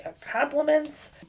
compliments